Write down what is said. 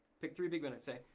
pick three big benefits say,